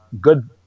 Good